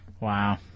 Wow